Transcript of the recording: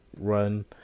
run